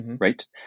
right